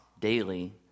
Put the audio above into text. daily